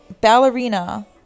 ballerina